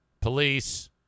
police